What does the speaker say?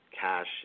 cash